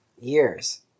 years